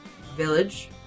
village